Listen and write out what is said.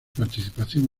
participación